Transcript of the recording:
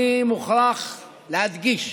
אני מוכרח להדגיש